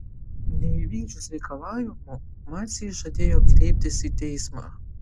neįvykdžius reikalavimų maciai žadėjo kreiptis į teismą